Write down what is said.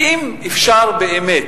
האם אפשר באמת,